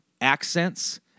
accents